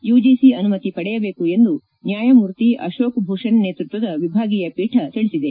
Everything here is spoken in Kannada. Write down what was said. ಯುಜಿಸಿ ಅನುಮತಿ ಪಡೆಯಬೇಕು ಎಂದು ನ್ಯಾಯಮೂರ್ತಿ ಅಶೋಕ್ ಭೂಷಣ್ ನೇತೃತ್ವದ ವಿಭಾಗೀಯ ಪೀಠ ತಿಳಿಸಿದೆ